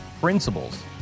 principles